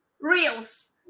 reels